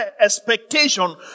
expectation